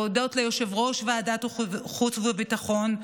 להודות ליושב-ראש ועדת החוץ והביטחון,